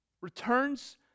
returns